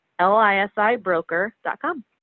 lisibroker.com